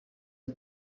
are